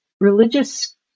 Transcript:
religious